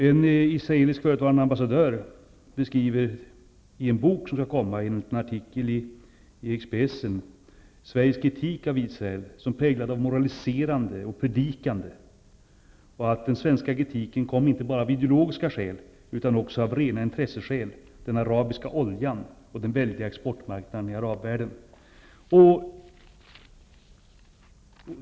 En israelisk förutvarande ambassadör beskriver i en bok, som enligt en artikel i Expressen skall komma, Sveriges kritik av Israel som präglad av moraliserande och predikande samt att den svenska kritiken kom inte bara av ideologiska skäl utan också av rena intresseskäl, som den arabiska oljan och den väldiga exportmarknaden i arabvärlden.